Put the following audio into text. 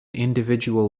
individual